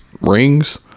rings